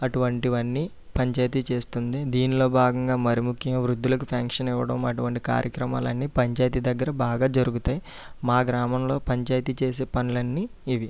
అటువంటివన్నీ పంచాయితీ చేస్తుంది దీనిలో భాగంగా మరీ ముఖ్యంగా వృద్ధులకు పెన్షన్ ఇవ్వడం అటువంటి కార్యక్రమాలన్నీ పంచాయితీ దగ్గర బాగా జరుగుతాయి మా గ్రామంలో పంచాయితీ చేసే పనులన్నీ ఇవి